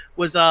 was, ah,